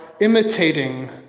imitating